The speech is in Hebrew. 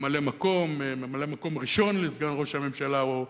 ממלא-מקום, ממלא-מקום ראשון לסגן ראש הממשלה, או,